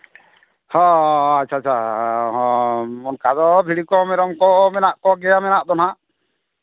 ᱦᱮᱸ ᱟᱪᱪᱷᱟ ᱟᱪᱪᱷᱟ ᱦᱚᱸ ᱚᱱᱠᱟ ᱫᱚ ᱵᱷᱤᱲᱤ ᱠᱚ ᱢᱮᱨᱚᱢ ᱠᱚ ᱢᱮᱱᱟᱜ ᱠᱚᱜᱮᱭᱟ ᱢᱮᱱᱟᱜ ᱫᱚ ᱦᱟᱸᱜ